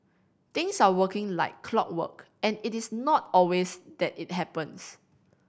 things are working like clockwork and it is not always that it happens